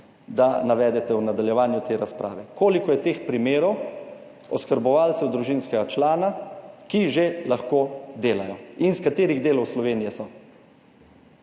da navedete v nadaljevanju te razprave. Koliko je teh primerov oskrbovancev družinskega člana, ki že lahko delajo in iz katerih delov Slovenije so?